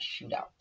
shootout